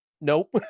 nope